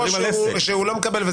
או שהוא לא מקבל.